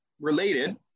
related